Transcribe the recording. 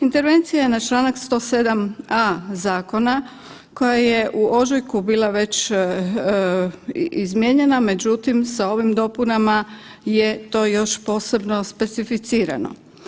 Intervencija je na članak 107a. zakona koja je u ožujku bila već izmijenjena, međutim sa ovim dopunama je to još posebno specificirano.